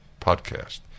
podcast